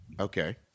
Okay